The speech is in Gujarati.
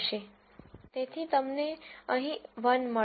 તેથી તમને અહીં 1 મળશે